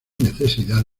necesidad